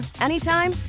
anytime